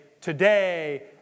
today